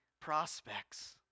prospects